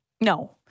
No